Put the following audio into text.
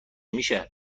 میشه